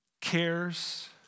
cares